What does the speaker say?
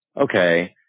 okay